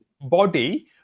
body